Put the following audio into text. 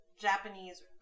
Japanese